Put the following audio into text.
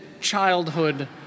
childhood